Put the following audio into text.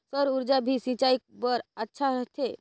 सौर ऊर्जा भी सिंचाई बर अच्छा रहथे?